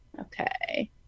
okay